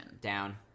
Down